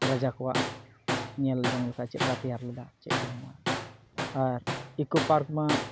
ᱨᱟᱡᱟ ᱠᱚᱣᱟᱜ ᱧᱮᱞᱡᱚᱝ ᱞᱮᱠᱟ ᱪᱮᱫᱞᱮᱠᱟ ᱛᱮᱭᱟᱨ ᱞᱮᱫᱟ ᱪᱮᱫᱠᱚ ᱟᱨ ᱤᱠᱳᱯᱟᱨᱠ ᱢᱟ